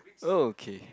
okay